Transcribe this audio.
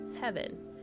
heaven